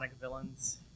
villains